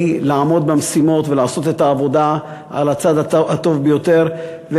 לעמוד במשימות ולעשות את העבודה על הצד הטוב ביותר,